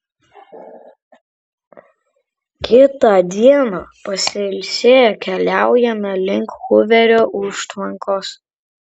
kitą dieną pasiilsėję keliaujame link huverio užtvankos